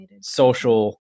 social